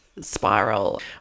spiral